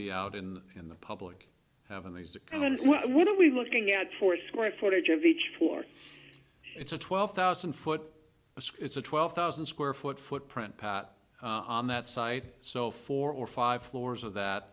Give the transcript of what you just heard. be out in in the public having these kind of what we're looking at four square footage of each floor it's a twelve thousand foot it's a twelve thousand square foot footprint pat on that site so four or five floors of that